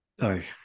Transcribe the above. Aye